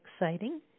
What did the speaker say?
exciting